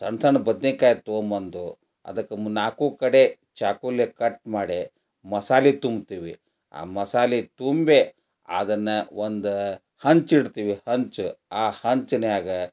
ಸಣ್ಣ ಸಣ್ಣ ಬದ್ನೆಕಾಯಿ ತಗೊಂಡ್ಬಂದು ಅದಕ್ಕೆ ನಾಲ್ಕೂ ಕಡೆ ಚಾಕುಲಿ ಕಟ್ ಮಾಡಿ ಮಸಾಲೆ ತುಂಬ್ತೀವಿ ಆ ಮಸಾಲೆ ತುಂಬಿ ಅದನ್ನು ಒಂದು ಹೆಂಚು ಇಡ್ತೀವಿ ಹೆಂಚು ಆ ಹೆಂಚ್ನ್ಯಾಗ